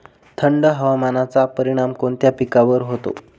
थंड हवामानाचा परिणाम कोणत्या पिकावर होतो?